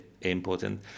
important